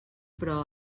però